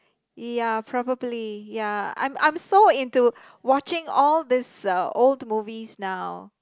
ya probably ya I'm I'm so into watching all these uh old movies now